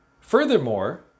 Furthermore